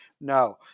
No